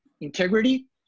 integrity